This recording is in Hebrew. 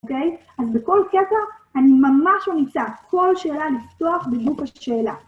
אוקיי? אז בכל קטע אני ממש ממליצה כל שאלה לפתוח בדיוק לשאלה.